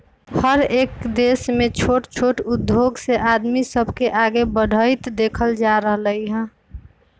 हरएक देश में छोट छोट उद्धोग से आदमी सब के आगे बढ़ईत देखल जा रहल हई